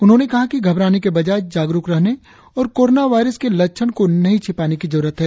उन्होंने कहा कि घबराने के बजाय जागरुक रहने और कोरोना वायरस के लक्षण को नहीं छिपाने की जरुरत है